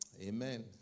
Amen